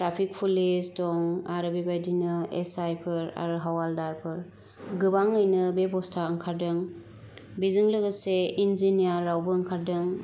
traffic police दं आरो बेबायदिनो एस आइफोर आरो हाबालदारफोर गोबाङैनो बेबस्ता ओंखारदों बेजों लोगोसे इन्जिनियारावबो ओंखारदों